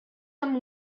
amb